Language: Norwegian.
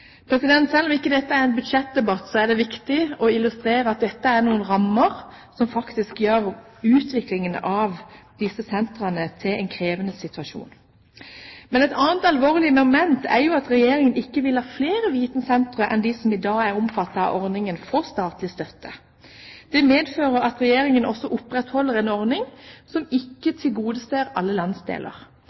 Selv om ikke dette er en budsjettdebatt, er det viktig å illustrere at dette er noen rammer som faktisk gjør utviklingen av disse sentrene krevende. Et annet alvorlig moment er at Regjeringen ikke vil la flere vitensentre enn dem som i dag er omfattet av ordningen, få statlig støtte. Det medfører at Regjeringen også opprettholder en ordning som ikke tilgodeser alle landsdeler.